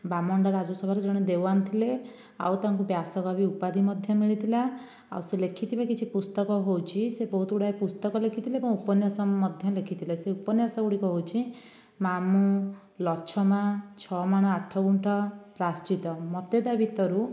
ବାମଣ୍ଡା ରାଜସଭାରେ ଜଣେ ଦେୱାନ ଥିଲେ ଆଉ ତାଙ୍କୁ ବ୍ୟାସ କବି ଉପାଧି ମଧ୍ୟ ମିଳିଥିଲା ଆଉ ସେ ଲେଖିଥିବା କିଛି ପୁସ୍ତକ ହେଉଛି ସେ ବହୁତ ଗୁଡ଼ିଏ ପୁସ୍ତକ ଲେଖିଥିଲେ ଏବଂ ଉପନ୍ୟାସ ମଧ୍ୟ ଲେଖିଥିଲେ ଉପନ୍ୟାସ ଗୁଡ଼ିକ ହେଉଛି ମାମୁଁ ଲଛମା ଛଅ ମାଣ ଆଠଗୁଣ୍ଠ ପ୍ରାଅଶ୍ଚିତ ମୋତେ ତା ଭିତରୁ